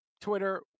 Twitter